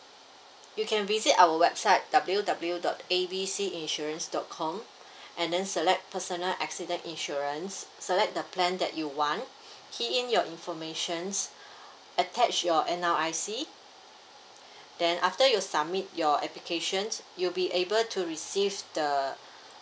you can visit our website W W W dot A B C insurance dot com and then select personal accident insurance select the plan that you want key in your informations attach your N_R_I_C then after you submit your application you will be able to receive the